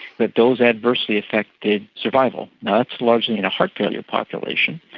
that those adversely affected survival. that's largely in a heart failure population.